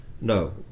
No